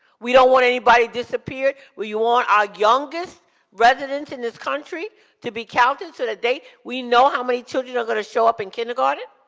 we don't want anybody disappearing. we want our youngest residents in this country to be counted so that they, we know how many children are gonna show up in kindergarten.